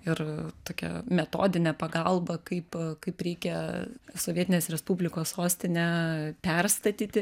ir tokia metodinė pagalba kaip kaip reikia sovietinės respublikos sostinę perstatyti